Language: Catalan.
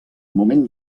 moment